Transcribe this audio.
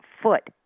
foot